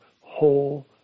whole